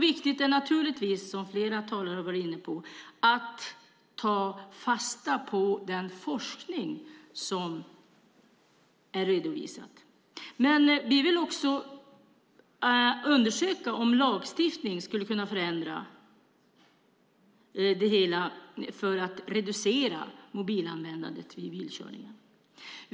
Viktigt är naturligtvis, som flera talare har varit inne på, att ta fasta på den forskning som är redovisad. Men vi vill också undersöka om lagstiftning skulle kunna förändras för att reducera mobilanvändandet vid bilkörning.